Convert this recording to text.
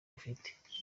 bafite